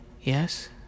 Yes